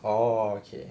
oh okay